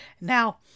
Now